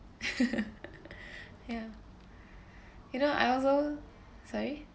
ya you know I also sorry